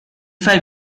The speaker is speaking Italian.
fai